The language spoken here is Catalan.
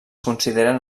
consideren